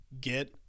get